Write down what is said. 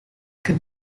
could